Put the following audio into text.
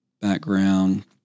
background